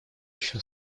еще